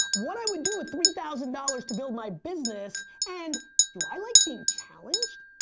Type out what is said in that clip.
what i would do with three thousand dollars to build my business and do i like being challenged?